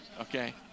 okay